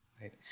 Right